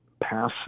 pass